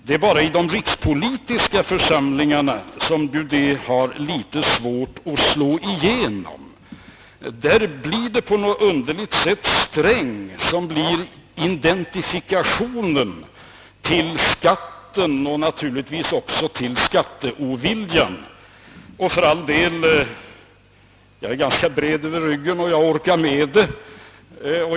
Det är bara i de rikspolitiska församlingarna som denna insikt har litet svårt att slå igenom. Där blir på något underligt sätt Sträng identifikationen av skatten och naturligtvis också av skatteoviljan. För all del, jag är ganska bred över ryggen och jag orkar med det.